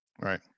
Right